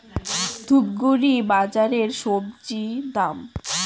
ধূপগুড়ি বাজারের স্বজি দাম?